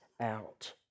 out